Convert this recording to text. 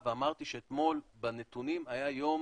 ואמרתי שאתמול בנתונים היה יום